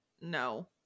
no